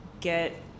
get